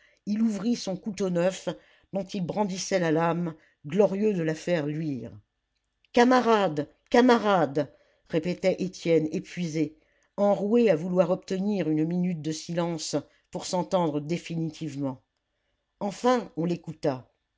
il ouvrit son couteau neuf dont il brandissait la lame glorieux de la faire luire camarades camarades répétait étienne épuisé enroué à vouloir obtenir une minute de silence pour s'entendre définitivement enfin on l'écouta